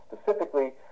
Specifically